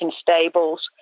stables